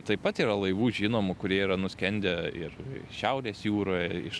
taip pat yra laivų žinomų kurie yra nuskendę ir šiaurės jūroje iš